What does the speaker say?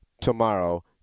tomorrow